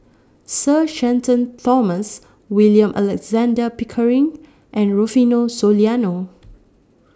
Sir Shenton Thomas William Alexander Pickering and Rufino Soliano